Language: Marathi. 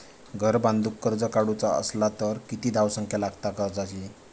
घर बांधूक कर्ज काढूचा असला तर किती धावसंख्या लागता कर्जाची?